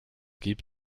gibt